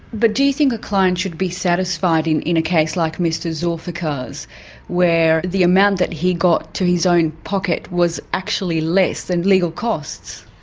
but do you think a client should be satisfied in in a case like mr zoulfikar's where the amount that he got to his own pocket was actually less than legal costs?